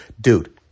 dude